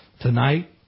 tonight